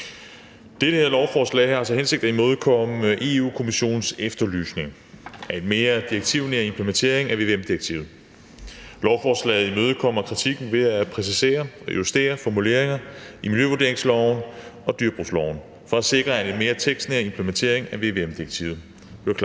Det her lovforslag har til hensigt at imødekomme Europa-Kommissionens efterlysning af en mere direktivnær implementering af vvm-direktivet. Lovforslaget imødekommer kritikken ved at præcisere og justere formuleringer i miljøvurderingsloven og husdyrbrugloven for at sikre en mere tekstnær implementering af vvm-direktivet;